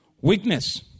Weakness